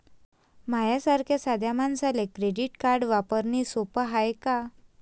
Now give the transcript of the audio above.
माह्या सारख्या साध्या मानसाले क्रेडिट कार्ड वापरने सोपं हाय का?